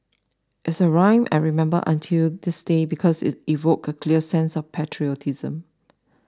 it's a rhythm I remember until this day because it evoked a clear sense of patriotism